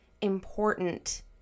important